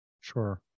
Sure